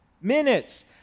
minutes